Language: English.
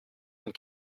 and